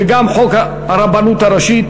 אדוני היושב-ראש,